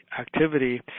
activity